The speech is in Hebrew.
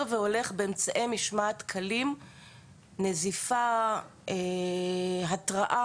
באמצעי משמעת קלים כמו נזיפה או התראה,